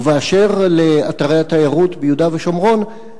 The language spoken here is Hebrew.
ובאשר לאתרי התיירות ביהודה ושומרון,